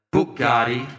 Bugatti